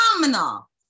phenomenal